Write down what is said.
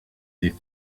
des